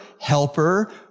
Helper